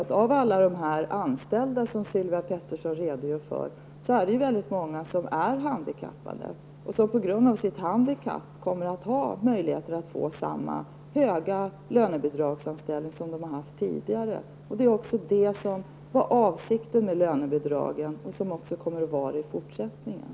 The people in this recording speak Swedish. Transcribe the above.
Bland alla de anställda som Sylvia Pettersson redogör för är det många handikappade, och de kommer på grund av sitt handikapp att ha möjligheter att få samma höga lönebidragsanställning som tidigare. Det var också avsikten med lönebidragen, och det kommer det att vara även i fortsättningen.